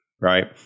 right